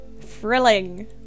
Thrilling